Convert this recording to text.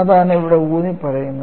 അതാണ് ഇവിടെ ഊന്നിപ്പറയുന്നത്